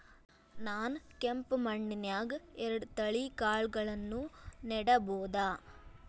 ನಾನ್ ಕೆಂಪ್ ಮಣ್ಣನ್ಯಾಗ್ ಎರಡ್ ತಳಿ ಕಾಳ್ಗಳನ್ನು ನೆಡಬೋದ?